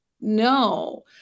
no